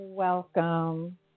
welcome